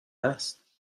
است